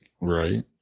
Right